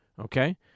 Okay